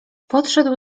podszedł